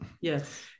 Yes